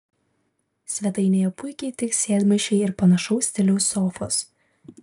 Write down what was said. svetainėje puikiai tiks sėdmaišiai ir panašaus stiliaus sofos